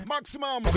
Maximum